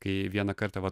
kai vieną kartą vat